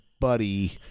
buddy